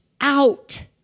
out